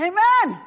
Amen